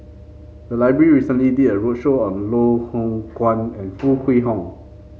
the library recently did a roadshow on Loh Hoong Kwan and Foo Kwee Horng